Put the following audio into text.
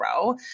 grow